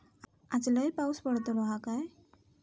आज लय पाऊस पडतलो हा काय?